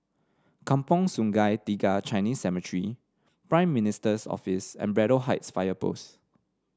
Kampong Sungai Tiga Chinese Cemetery Prime Minister's Office and Braddell Heights Fire Post